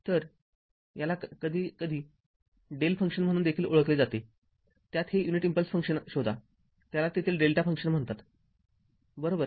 तर याला कधीकधी δ फंक्शन म्हणून देखील ओळखले जाते त्यात हे युनिट इम्पल्स फंक्शन शोधा त्याला देखील Δ फंक्शन म्हणतात बरोबर